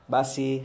Basi